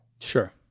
Sure